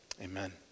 amen